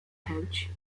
coach